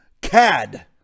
CAD